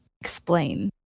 explain